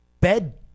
Bed